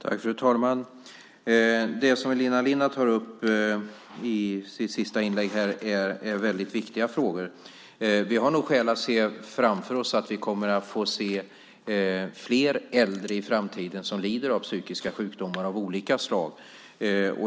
Fru talman! Det som Elina Linna tar upp i sitt sista inlägg här är väldigt viktiga frågor. Vi kommer nog att få se fler äldre i framtiden som lider av psykiska sjukdomar av olika slag.